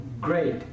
great